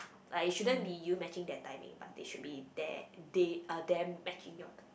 like it shouldn't be you matching their timing but they should be there they uh them matching your time